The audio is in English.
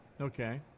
okay